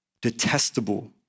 detestable